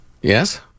yes